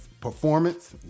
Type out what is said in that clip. performance